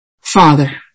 father